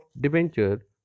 debenture